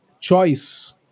Choice